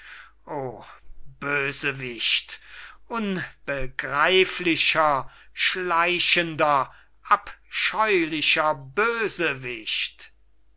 oh bösewicht unbegreiflicher schleichender abscheulicher bösewicht